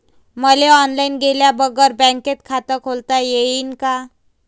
मले ऑनलाईन गेल्या बगर बँकेत खात खोलता येईन का?